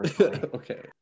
Okay